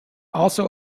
also